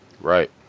Right